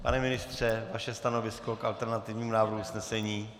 Pane ministře, vaše stanovisko k alternativnímu návrhu usnesení.